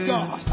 God